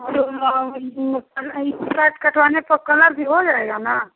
और यह कट कटवाने पर कलर भी हो जाएगा न